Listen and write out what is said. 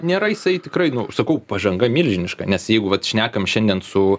nėra jisai tikrai nu sakau pažanga milžiniška nes jeigu vat šnekam šiandien su